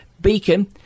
Beacon